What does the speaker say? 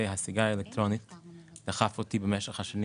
הסיגריה האלקטרונית דחפה אותי במשך השנים